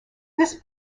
this